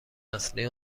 اصلی